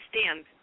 stand